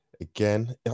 Again